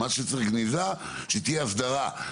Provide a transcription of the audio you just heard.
מה שצריך גניזה שתהיה הסדרה.